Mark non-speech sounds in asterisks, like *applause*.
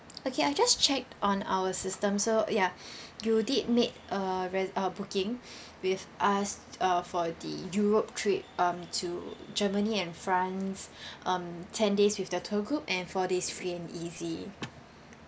okay I just checked on our system so ya *breath* you did make a re~ uh booking with us uh for the europe trip um to germany and france *breath* um ten days with the tour group and for this free and easy